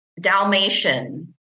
Dalmatian